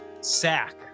sack